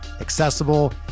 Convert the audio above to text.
accessible